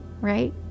right